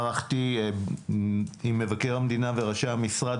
ערכתי ביקור עם מבקר המדינה וראשי המשרד